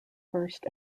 first